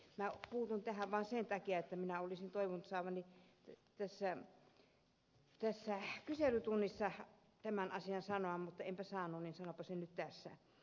minä puutun tähän vaan sen takia että minä olisin toivonut saavani kyselytunnilla tämän asian sanoa mutta enpä saanut niin että sanonpa sen nyt tässä